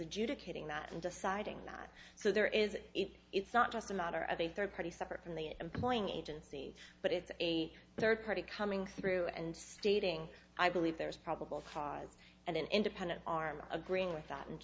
that and deciding that so there is it's not just a matter of a third party separate from the employing agency but it's a third party coming through and stating i believe there is probable cause and an independent arm agreeing with that and